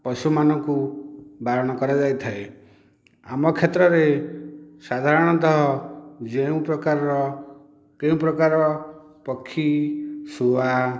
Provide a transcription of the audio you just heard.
ପଶୁମାନଙ୍କୁ ବାରଣ କରାଯାଇଥାଏ ଆମ କ୍ଷେତ୍ରରେ ସାଧାରଣତଃ ଯେଉଁ ପ୍ରକାରର କେଉଁ ପ୍ରକାରର ପକ୍ଷୀ ଶୁଆ